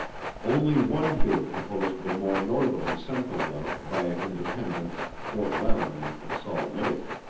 only one bid proposed the more northerly central route via independence, fort laramie, and salt lake.